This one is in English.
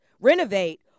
renovate